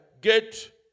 get